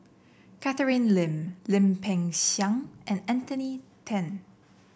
Catherine Lim Lim Peng Siang and Anthony Then